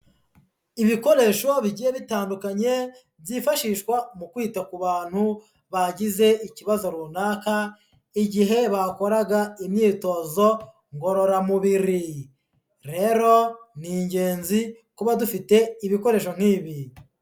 Ibikoresho bigiye bitandukanye byifashishwa mu kwita ku bantu bagize ikibazo runaka igihe bakoraga imyitozo ngororamubiri, rero ni ingenzi kuba dufite ibikoresho nk'ibi.